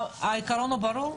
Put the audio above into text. העיקרון ברור?